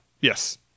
Yes